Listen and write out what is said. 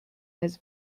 his